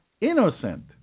innocent